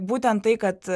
būtent tai kad